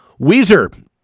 Weezer